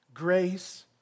Grace